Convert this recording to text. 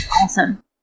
Awesome